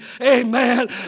amen